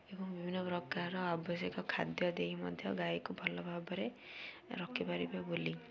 ଏବଂ ବିଭିନ୍ନ ପ୍ରକାରର ଆବଶ୍ୟକ ଖାଦ୍ୟ ଦେଇ ମଧ୍ୟ ଗାଈକୁ ଭଲ ଭାବରେ ରଖିପାରିବେ ବୋଲିଲି